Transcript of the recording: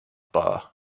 bar